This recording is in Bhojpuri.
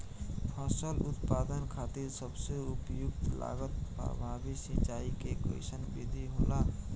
फसल उत्पादन खातिर सबसे उपयुक्त लागत प्रभावी सिंचाई के कइसन विधि होला?